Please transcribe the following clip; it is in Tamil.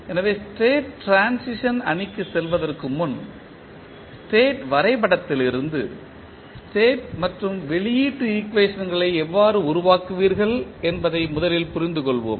எனவே ஸ்டேட் ட்ரான்சிஷன் அணிக்குச் செல்வதற்கு முன் ஸ்டேட் வரைபடத்திலிருந்து ஸ்டேட் மற்றும் வெளியீட்டு ஈக்குவேஷன்களை எவ்வாறு உருவாக்குவீர்கள் என்பதை முதலில் புரிந்துகொள்வோம்